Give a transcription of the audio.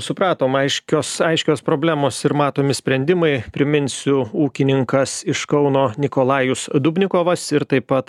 supratom aiškios aiškios problemos ir matomi sprendimai priminsiu ūkininkas iš kauno nikolajus dubnikovas ir taip pat